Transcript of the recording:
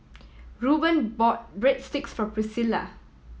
Ruben bought Breadsticks for Priscilla